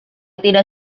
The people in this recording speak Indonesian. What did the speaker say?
tidak